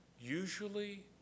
usually